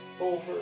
over